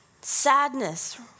Sadness